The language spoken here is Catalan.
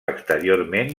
exteriorment